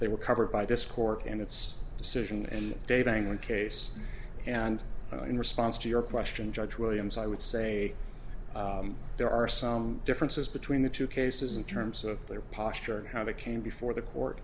they were covered by this court and its decision in dating the case and in response to your question judge williams i would say there are some differences between the two cases in terms of their posture and how they came before the court